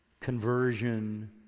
conversion